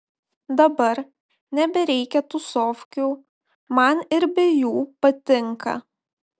dabar nebereikia tūsovkių man ir be jų patinka